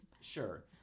Sure